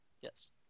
Yes